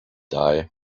die